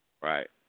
Right